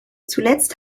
zuletzt